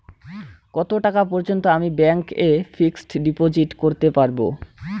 কত টাকা পর্যন্ত আমি ব্যাংক এ ফিক্সড ডিপোজিট করতে পারবো?